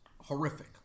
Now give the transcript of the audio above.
horrific